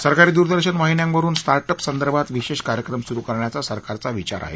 सरकारी दूरदर्शन वाहिन्यांवरुन start up संदर्भात विशेष कार्यक्रम सुरु करण्याचा सरकारचा विचार आहे